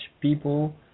people